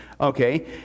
okay